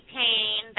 pain